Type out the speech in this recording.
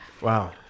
Wow